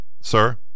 Sir